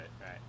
right